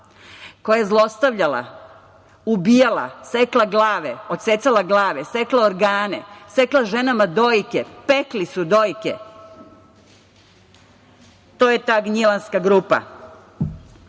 koja je zlostavljala, ubijala, sekla glave, odsecala glave, sekla organe, sekla ženama dojke, pekli su dojke, to je ta „Gnjilanska grupa“,